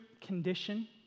condition